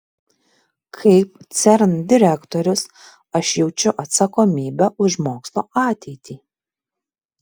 kaip cern direktorius aš jaučiu atsakomybę už mokslo ateitį